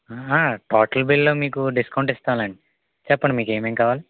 total bill లో మీకు discount ఇస్తాములేండి చెప్పండి మీకేమేమీ కావాలి